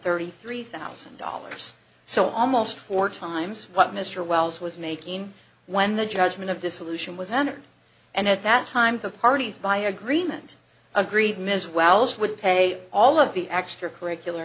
thirty three thousand dollars so almost four times what mr wells was making when the judgment of dissolution was entered and at that time the parties by agreement agreed ms wells would pay all of the extra curricular